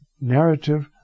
narrative